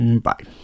Bye